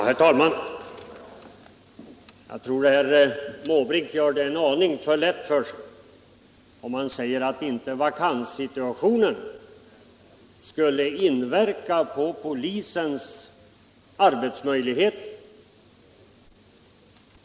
Herr talman! Jag tror att herr Måbrink gör det en aning för lätt för sig om han säger att vakanssituationen inte skulle inverka på polisens arbetsmöjligheter.